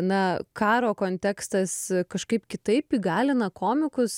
na karo kontekstas kažkaip kitaip įgalina komikus